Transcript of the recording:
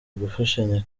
gufashanya